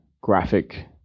graphic